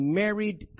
married